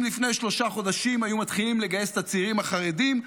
אם לפני שלושה חודשים היו מתחילים לגייס את הצעירים החרדים,